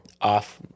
off